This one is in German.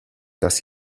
das